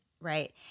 Right